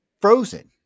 frozen